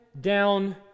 down